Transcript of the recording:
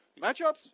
matchups